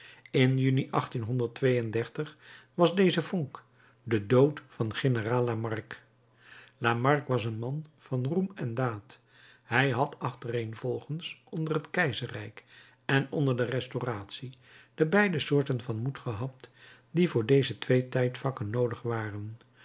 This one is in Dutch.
in juni was deze vonk de dood van generaal lamarque lamarque was een man van roem en daad hij had achtereenvolgens onder het keizerrijk en onder de restauratie de beide soorten van moed gehad die voor deze twee tijdvakken noodig waren